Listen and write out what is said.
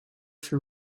for